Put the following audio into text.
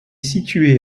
situé